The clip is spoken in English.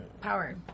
power